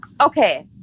Okay